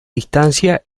distancia